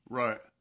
right